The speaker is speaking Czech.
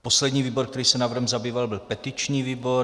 Poslední výbor, který se návrhem zabýval, byl petiční výbor.